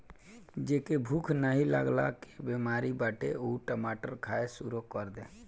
जेके भूख नाही लागला के बेमारी बाटे उ टमाटर खाए शुरू कर दे